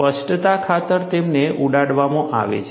સ્પષ્ટતા ખાતર તેમને ઉડાડવામાં આવે છે